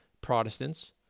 Protestants